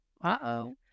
uh-oh